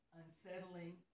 unsettling